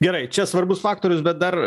gerai čia svarbus faktorius bet dar